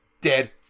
dead